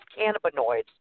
cannabinoids